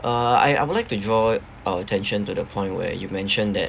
uh I I would like to draw attention to the point where you mentioned that